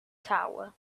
tower